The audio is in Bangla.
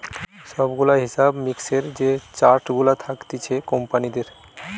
সব গুলা হিসাব মিক্সের যে চার্ট গুলা থাকতিছে কোম্পানিদের